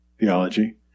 theology